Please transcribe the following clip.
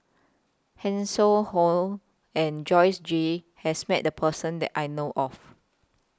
Hanson Ho and Joyce Jue has Met The Person that I know of